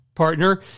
partner